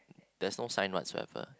there's no sign whatsoever